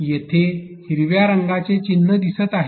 तेथे हिरव्या रंगाचे चिन्ह दिसत आहे